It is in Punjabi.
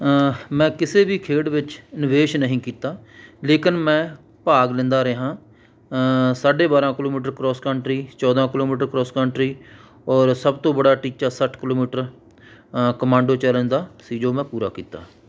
ਮੈਂ ਕਿਸੇ ਵੀ ਖੇਡ ਵਿੱਚ ਨਿਵੇਸ਼ ਨਹੀਂ ਕੀਤਾ ਲੇਕਿਨ ਮੈਂ ਭਾਗ ਲੈਂਦਾ ਰਿਹਾ ਸਾਢੇ ਬਾਰਾਂ ਕਿਲੋਮੀਟਰ ਕਰੋਸ ਕੰਟਰੀ ਚੌਦਾਂ ਕਿਲੋਮੀਟਰ ਕਰੋਸ ਕੰਟਰੀ ਔਰ ਸਭ ਤੋਂ ਬੜਾ ਟੀਚਾ ਸੱਠ ਕਿਲੋਮੀਟਰ ਕਮਾਂਡੋ ਚੈਂਲੇਜ ਦਾ ਸੀ ਜੋ ਮੈਂ ਪੂਰਾ ਕੀਤਾ